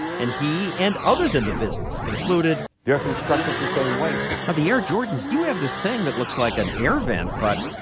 and he and others in the business concluded. they're constructed the same way now, the air jordans do have this thing that looks like an air vent. but,